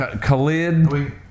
Khalid